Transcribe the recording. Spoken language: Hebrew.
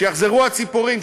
שיחזרו הציפורים,